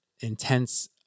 intense